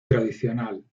tradicional